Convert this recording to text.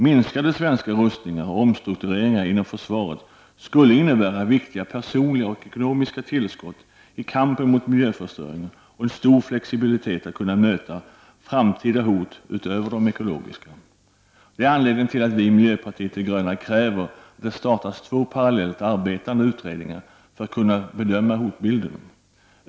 Minskade svenska rustningar och omstruktureringar inom försvaret skulle innebära viktiga personliga och ekonomiska tillskott i kampen mot miljöförstöringen och en stor flexibilitet att kunna möta framtida hot utöver de ekologiska. Detta är anledningen till att vi i miljöpartiet de gröna kräver att det startas två parallellt arbetande utredningar för att kunna bedöma hotbilden.